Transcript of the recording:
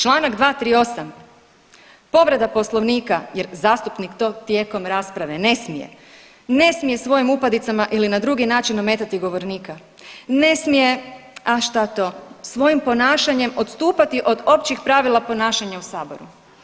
Čl. 238. povreda Poslovnika jer zastupnik to tijekom rasprave ne smije, ne smije svojim upadicama ili na drugi način ometati govornika, ne smije, a šta to, svojim ponašanjem odstupati od općih pravila ponašanja u saboru.